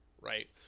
right